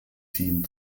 ziehen